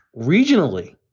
regionally